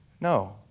No